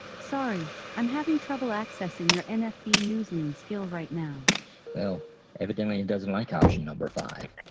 sorry i'm having trouble accessing your and nfb-newsline skill right now well evidently it doesn't like option number five.